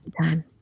time